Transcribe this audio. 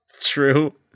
true